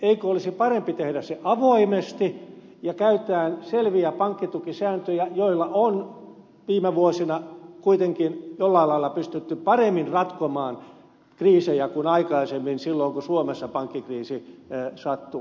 eikö olisi parempi tehdä se avoimesti ja käyttää selviä pankkitukisääntöjä joilla on viime vuosina kuitenkin jollain lailla pystytty paremmin ratkomaan kriisejä kuin aikaisemmin silloin kun suomessa pankkikriisi sattui